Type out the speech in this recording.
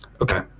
Okay